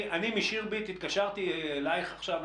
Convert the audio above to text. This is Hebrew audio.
לו